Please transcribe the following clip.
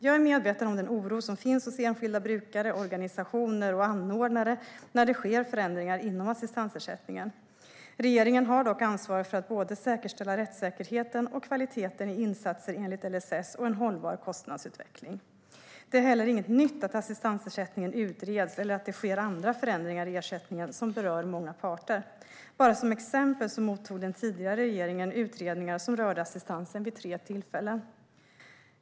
Jag är medveten om den oro som finns hos enskilda brukare, organisationer och anordnare när det sker förändringar inom assistansersättningen. Regeringen har dock ansvar för att både säkerställa rättssäkerheten och kvaliteten i insatser enligt LSS och en hållbar kostnadsutveckling. Det är heller inget nytt att assistansersättningen utreds eller att det sker andra förändringar i ersättningen som berör många parter. Bara som exempel mottog den tidigare regeringen vid tre tillfällen utredningar som rörde assistansen.